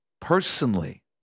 personally